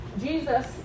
Jesus